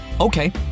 Okay